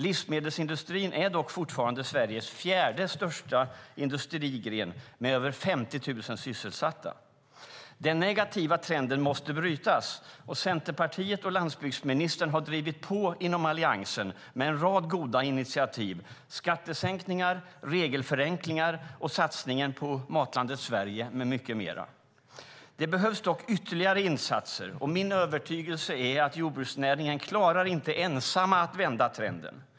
Livsmedelsindustrin är dock fortfarande Sveriges fjärde största industrigren med över 50 000 sysselsatta. Den negativa trenden måste brytas, och Centerpartiet och landsbygdsministern har drivit på inom Alliansen med en rad goda initiativ: skattesänkningar, regelförenklingar och satsningen på Matlandet Sverige med mycket mer. Det behövs dock ytterligare insatser, och min övertygelse är att jordbruksnäringen inte ensam klarar att vända trenden.